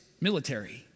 military